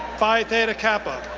phi theta kappa.